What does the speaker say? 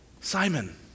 Simon